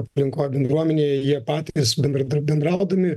aplinkoj bendruomenėje jie patys bendradarb bendraudami